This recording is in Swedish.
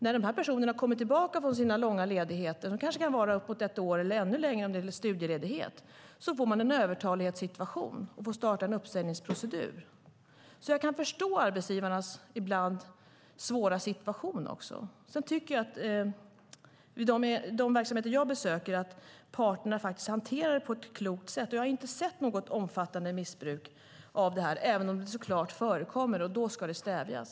När de här personerna kommer tillbaka från sina långa ledigheter, som kanske kan vara uppåt ett år, eller ännu längre om det gäller studieledighet, får man en övertalighetssituation och får starta en uppsägningsprocedur. Jag kan förstå arbetsgivarnas ibland svåra situation. I de verksamheter jag besöker tycker jag att parterna hanterar detta på ett klokt sätt. Jag har inte sett något omfattande missbruk. Men det förekommer såklart, och då ska det stävjas.